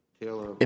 taylor